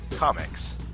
Comics